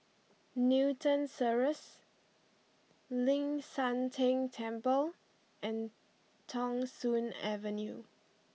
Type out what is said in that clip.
Newton Cirus Ling San Teng Temple and Thong Soon Avenue